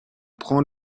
prendre